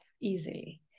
easily